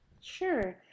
Sure